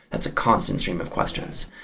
that's a constant stream of questions.